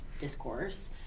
discourse